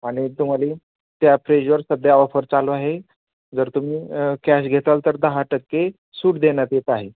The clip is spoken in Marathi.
आणि तुम्हाला त्या फ्रीजवर सध्या ऑफर चालू आहे जर तुम्ही कॅश घेसाल तर दहा टक्के सूट देण्यात आहे